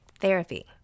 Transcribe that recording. therapy